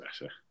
better